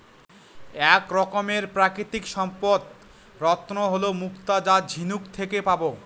এক রকমের প্রাকৃতিক সম্পদ রত্ন হল মুক্তা যা ঝিনুক থেকে পাবো